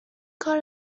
کار